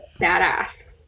Badass